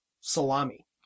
Salami